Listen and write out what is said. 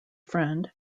friend